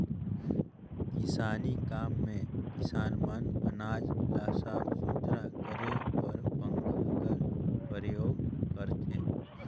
किसानी काम मे किसान मन अनाज ल साफ सुथरा करे बर पंखा कर परियोग करथे